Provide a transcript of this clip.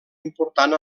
important